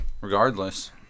regardless